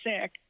sick